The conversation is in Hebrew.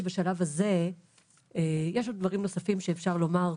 יש עוד דברים נוספים שאפשר לומר,